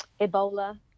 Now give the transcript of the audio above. Ebola